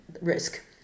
risk